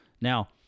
Now